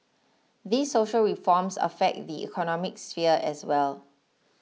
these social reforms affect the economic sphere as well